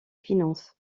finances